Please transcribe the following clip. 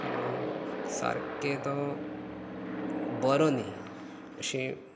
म्हणून सारकें तो बरो न्ही अशें